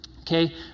okay